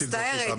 מצטערת.